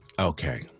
Okay